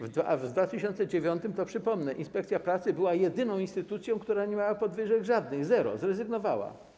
W 2009 r., przypomnę, inspekcja pracy była jedyną instytucją, która nie miała żadnych podwyżek, zero, zrezygnowała.